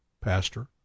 Pastor